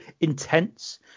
intense